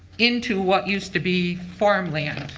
into what used to be farmland.